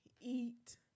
eat